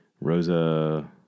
Rosa